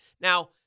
Now